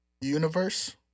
universe